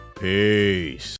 Peace